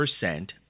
percent